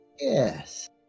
Yes